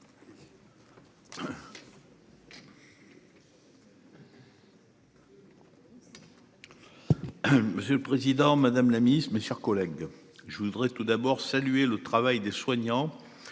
Monsieur le Président Madame la Ministre, mes chers collègues, je voudrais tout d'abord saluer le travail des soignants.